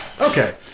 Okay